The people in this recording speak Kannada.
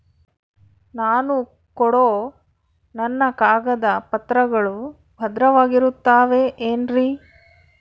ನಾನು ಕೊಡೋ ನನ್ನ ಕಾಗದ ಪತ್ರಗಳು ಭದ್ರವಾಗಿರುತ್ತವೆ ಏನ್ರಿ?